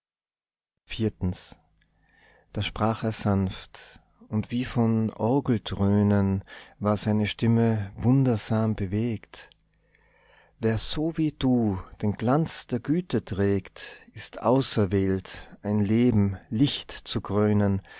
da sprach er sanft und wie von orgeldröhnen war seine stimme wundersam bewegt wer so wie du den glanz der güte trägt ist auserwählt ein leben licht zu krönen